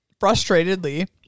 frustratedly